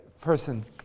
person